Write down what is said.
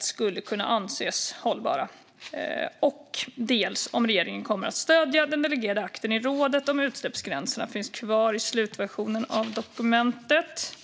skulle kunna anses hållbara. Joar Forssell har också frågat mig om regeringen kommer att stödja den delegerade akten i rådet om utsläppsgränserna finns kvar i slutversionen av dokumentet.